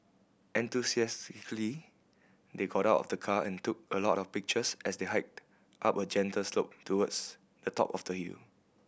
enthusiastically they got out of the car and took a lot of pictures as they hiked up a gentle slope towards the top of the hill